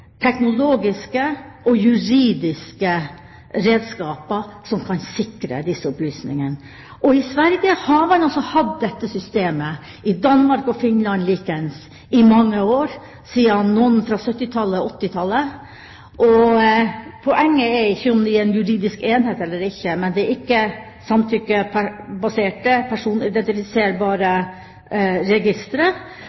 teknologiske og juridiske redskaper som kan sikre disse opplysningene. I Sverige har man hatt dette systemet, i Danmark og Finland likeens, i mange år, noen siden 1970- og 1980-tallet. Poenget er ikke om de er en juridisk enhet eller ikke, men at det er